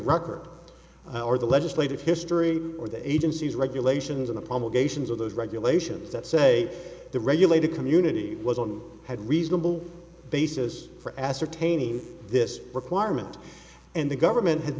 record or the legislative history or the agency's regulations in the publications of those regulations that say the regulator community was on had reasonable basis for ascertaining this requirement and the government had